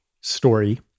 story